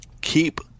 Keep